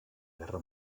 guerra